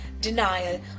denial